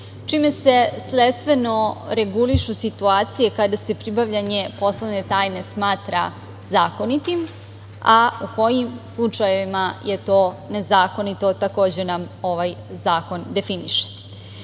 čime se sledstveno regulišu situacije kada se pribavljanje poslovne tajne smatra zakonitim, a u kojim slučajevima je to nezakonito, takođe nam ovaj zakon definiše.S